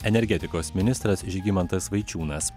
energetikos ministras žygimantas vaičiūnas